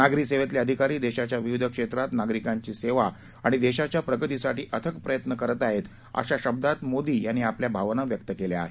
नागरी सेवेतले अधिकारी देशाच्या विविध क्षेत्रात नागरिकांची सेवा आणि देशाच्या प्रगतीसाठी अथक प्रयत्न करत आहेत अशा शब्दात मोदी यांनी आपल्या भावना व्यक्त केल्या आहेत